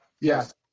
yes